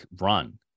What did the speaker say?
run